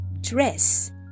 dress